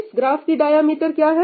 इस ग्राफ की डायमीटर क्या है